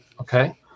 Okay